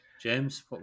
James